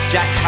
Jack